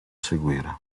seguire